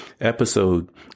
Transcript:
episode